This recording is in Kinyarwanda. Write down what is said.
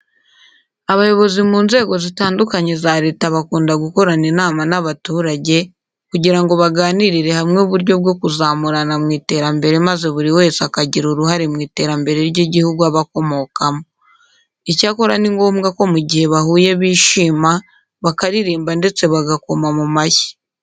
Abayobozi mu nzego zitandukanye za leta bakunda gukorana inama n'abaturage kugira ngo baganirire hamwe uburyo bwo kuzamurana mu iterambere maze buri wese akagira uruhare mu iterambere ry'igihugu aba akomokamo. Icyakora ni ngombwa ko mu gihe bahuye bishima, bakaririmba ndetse bagakoma mu mashyi.